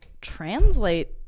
translate